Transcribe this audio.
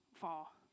fall